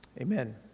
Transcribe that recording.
Amen